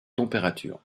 températures